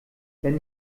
wenn